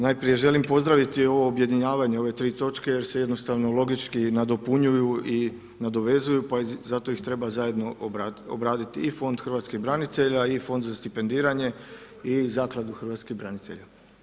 Najprije želim pozdraviti ovo objedinjavanje ove tri točke jer se jednostavno logički nadopunjuju i nadovezuju pa zato ih treba zajedno obraditi i Fond hrvatskih branitelja i Fond za stipendiranje i Zakladu hrvatskih branitelja.